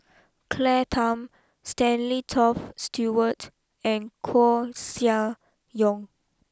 Claire Tham Stanley Toft Stewart and Koeh Sia Yong